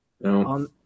No